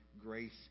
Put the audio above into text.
grace